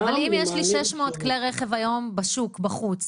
-- אבל אם יש לי 600 כלי רכב היום בשוק בחוץ